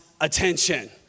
attention